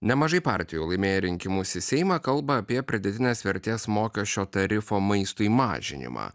nemažai partijų laimėję rinkimus į seimą kalba apie pridėtinės vertės mokesčio tarifo maistui mažinimą